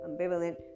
ambivalent